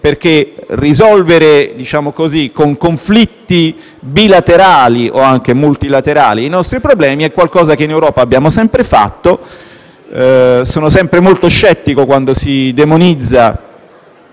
risolvere con conflitti bilaterali o anche multilaterali i nostri problemi è qualcosa che in Europa abbiamo sempre fatto. Sono sempre molto scettico quando si demonizza